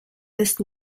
this